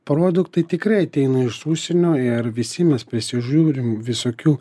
produktai tikrai ateina iš užsienio ir visi mes prisižiūrim visokių